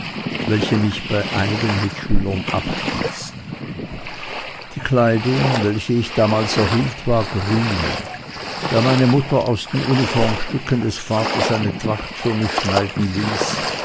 welche mich bei einigen mitschülern abstießen die kleidung welche ich damals erhielt war grün da meine mutter aus den uniformstücken des vaters eine tracht für mich schneiden ließ